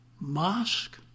Mosque